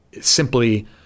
Simply